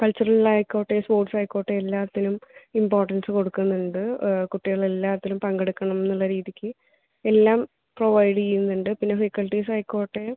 കൾച്ചുറലായിക്കോട്ടേ സ്പോർട്സായിക്കോട്ടേ എല്ലാത്തിലും ഇമ്പോർട്ടൻസ് കൊടുക്കുന്നുണ്ട് കുട്ടികളെല്ലാത്തിലും പങ്കെടുക്കണമെന്നുള്ള രീതിക്ക് എല്ലാം പ്രൊവൈഡ് ചെയ്യുന്നുണ്ട് പിന്നെ ഫേക്കൽട്ടീസ് ആയിക്കോട്ടേ